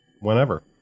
whenever